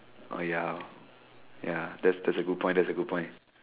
oh ya hor ya that that's a good point that's a good point